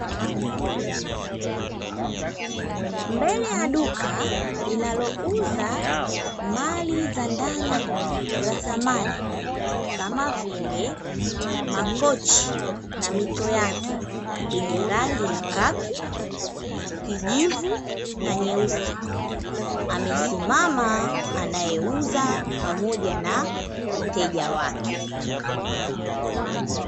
Mbele ya duka linalouza mali za ndani za samani, kama vile makochi, na mito yake yenye rangi ya kaki, kijivu, na nyeusi, amesimama anayeuza pamoja na mteja wake.